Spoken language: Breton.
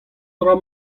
dra